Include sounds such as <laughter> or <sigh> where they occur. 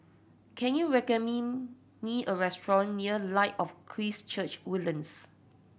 can you <unintelligible> me a restaurant near Light of Christ Church Woodlands